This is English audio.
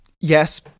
Yes